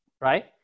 Right